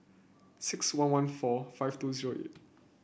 six one one four five two zero eight